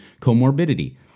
comorbidity